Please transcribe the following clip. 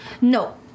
No